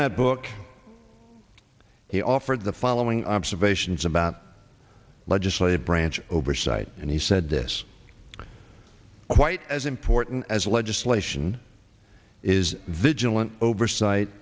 that book he offered the following observations about legislative branch oversight and he said this quite as important as legislation is the general an oversight